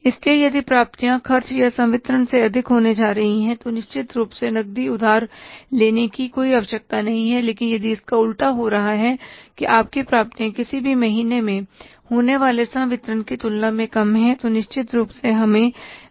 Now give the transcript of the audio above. इसलिए यदि प्राप्तियां खर्च या संवितरण से अधिक होने जा रही हैं तो निश्चित रूप से नकदी उधार लेने की कोई आवश्यकता नहीं है लेकिन यदि इसका उल्टा हो रहा है कि आपकी प्राप्तियां किसी भी महीने में होने वाले संवितरण की तुलना में कम हैं तो निश्चित रूप से हमें बैंक से उधार लेने की जरूरत है